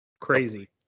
crazy